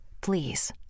Please